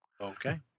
Okay